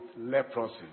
leprosy